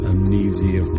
amnesia